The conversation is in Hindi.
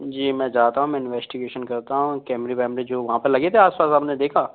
जी मैं जाता हूँ मैं इंवेस्टिगेशन करता हूँ कैमरे वैमरे जो वहाँ पर लगे थे आस पास आपने देखा